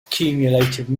accumulated